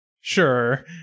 Sure